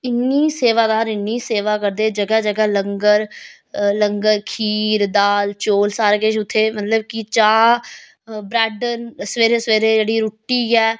इन्नी सेवादार इन्नी सेवा करदे जगह जगह लंगर लंगर खीर दाल चौल सारा किश उत्थें मतलब कि चाह् ब्रैड सवेरे सवेरे जेह्ड़ी रुट्टी ऐ